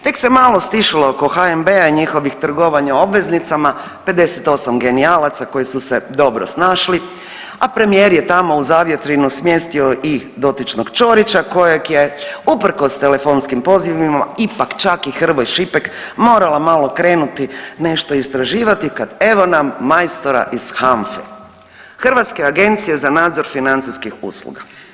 Tek se malo stišalo oko HNB-a i njihovih trgovanja obveznicama, 58 genijalaca koji su se dobro snašli, a premijer je tamo u zavjetrinu smjestio i dotičnog Ćorića kojeg je uprkos telefonskim pozivima ipak čak i Hrvoj-Šipek morala malo krenuti nešto istraživati kad evo nam majstora iz NANFA-e, Hrvatske agencije za nadzor financijskih usluga.